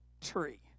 tree